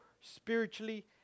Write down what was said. spiritually